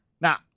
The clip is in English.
Now